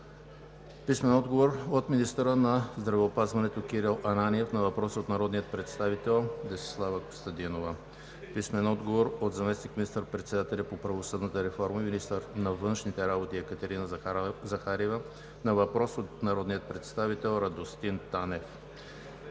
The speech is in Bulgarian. Гушева; - министъра на здравеопазването – Кирил Ананиев, на въпрос от народния представител Десислава Костадинова; - заместник министър-председателя по правосъдната реформа и министър на външните работи Екатерина Захариева на въпрос от народния представител Радостин Танев;